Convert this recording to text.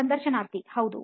ಸಂದರ್ಶನಾರ್ಥಿ ಹೌದು